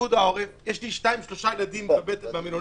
לפיקוד העורף: יש לי 3-2 ילדים במלונית